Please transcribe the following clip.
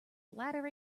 bladder